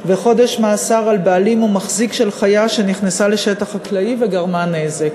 וחודש מאסר על בעלים או מחזיק של חיה שנכנסת לשטח חקלאי וגרמה נזק,